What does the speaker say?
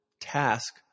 task